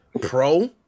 Pro